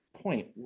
point